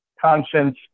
conscience